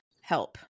help